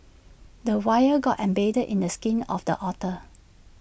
the wire got embedded in the skin of the otter